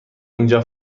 اینجا